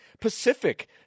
pacific